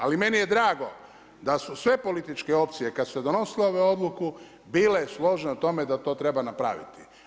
Ali meni je drago da su sve političke opcije kad su donosile ovu odluku bile složne u tome da to treba napraviti.